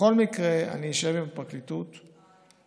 בכל מקרה אני אשב עם הפרקליטות לראות,